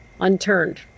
unturned